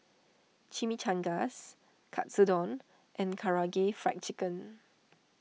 Chimichangas Katsudon and Karaage Fried Chicken